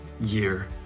year